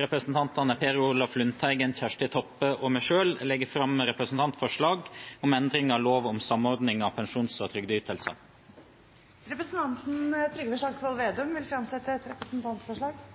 representantene Per Olaf Lundteigen, Kjersti Toppe og meg selv legge fram representantforslag om endring av lov om samordning av pensjons- og trygdeytelser. Representanten Trygve Slagsvold Vedum vil fremsette et representantforslag.